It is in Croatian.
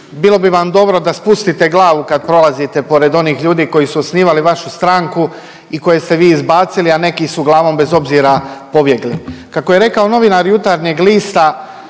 Bilo bi vam dobro da spustite glavu kad prolazite pored onih ljudi koji su osnivali vašu stranku i koje ste vi izbacili, a neki su glavom bez obzira pobjegli. Kako je rekao novinar Jutarnjeg lista